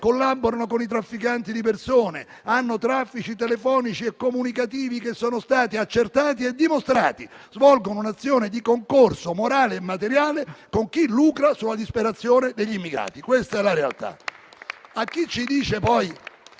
collaborano con i trafficanti di persone; hanno traffici telefonici e comunicativi che sono stati accertati e dimostrati; svolgono un'azione di concorso, morale e materiale con chi lucra sulla disperazione degli immigrati. Questa è la realtà.